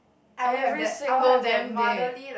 every single damn day